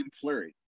Flurry